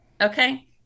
Okay